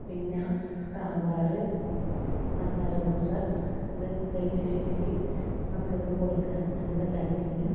പിന്നെ സാമ്പാറ് മസാല ദോശ അത് പ്ലേയ്റ്റിലിട്ടിട്ട് മക്കൾക്ക് കൊടുക്കാൻ നല്ല താൽപ്പര്യം